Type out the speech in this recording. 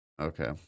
Okay